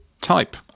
type